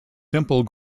simple